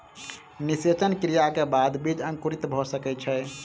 निषेचन क्रिया के बाद बीज अंकुरित भ सकै छै